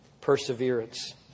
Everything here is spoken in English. perseverance